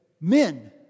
men